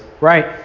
Right